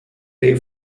they